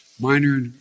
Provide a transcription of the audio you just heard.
minor